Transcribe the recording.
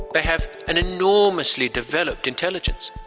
they have an enormously developed intelligence,